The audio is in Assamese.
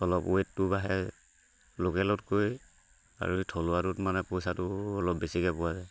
অলপ ৱেটটো বাঢ়ে লোকেলত কৈ আৰু এই থলুৱাটোত মানে পইচাটো অলপ বেছিকৈ পোৱা যায়